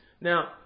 Now